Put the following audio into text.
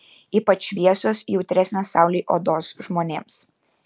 ypač šviesios jautresnės saulei odos žmonėms